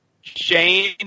Shane